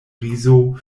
rizo